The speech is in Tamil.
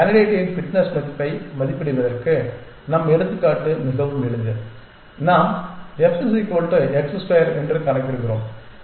ஒரு கேண்டிடேட்டின் ஃபிட்னஸ் மதிப்பை மதிப்பிடுவதற்கு நம் எடுத்துக்காட்டு மிகவும் எளிது நாம் f x ஸ்கொயர் என்று கணக்கிடுகிறோம்